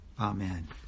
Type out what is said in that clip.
Amen